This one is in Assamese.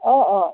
অঁ অঁ